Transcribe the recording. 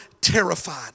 terrified